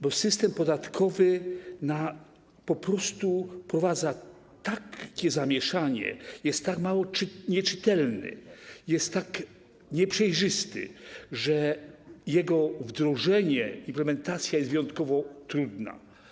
Bo system podatkowy po prostu wprowadza takie zamieszanie, jest tak mało czytelny, jest tak nieprzejrzysty, że jego wdrożenie, implementacja jest wyjątkowo trudna.